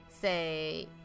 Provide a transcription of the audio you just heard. say